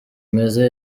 meza